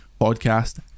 podcast